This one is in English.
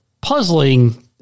puzzling